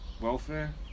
Welfare